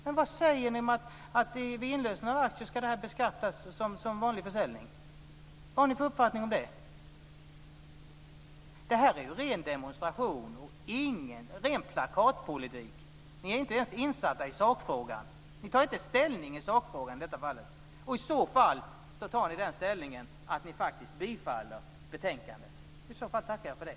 Men vad säger ni om att detta vid inlösen av aktier ska beskattas som vanlig försäljning? Vad har ni för uppfattning om det? Det här är ju ren demonstration, ren plakatpolitik. Ni är inte ens insatta i sakfrågan. Ni tar inte ställning i sakfrågan i det här fallet. Möjligtvis tar ni den ställningen att ni faktiskt bifaller betänkandets förslag. I så fall tackar jag för det.